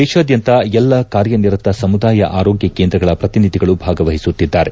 ದೇಶಾದ್ಯಂತ ಎಲ್ಲ ಕಾರ್ಯನಿರತ ಸಮುದಾಯ ಆರೋಗ್ಯ ಕೇಂದ್ರಗಳ ಪ್ರತಿನಿಧಿಗಳು ಭಾಗವಹಿಸುತ್ತಿದ್ದಾರೆ